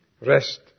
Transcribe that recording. Rest